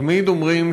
תמיד אומרים